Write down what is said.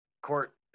court